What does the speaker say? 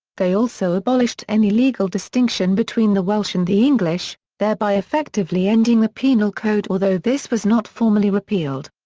they also abolished any any legal distinction between the welsh and the english, thereby effectively ending the penal code although this was not formally repealed.